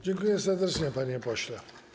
Dziękuję serdecznie, panie pośle.